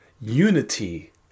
unity